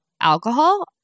alcohol